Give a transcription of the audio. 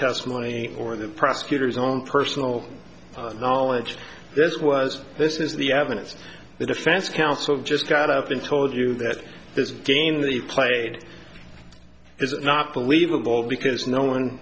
testimony or the prosecutor's own personal knowledge this was this is the evidence the defense counsel just got up and told you that this game that he played is not believable because no one